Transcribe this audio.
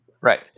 Right